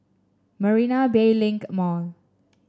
Marina Bay Link Mall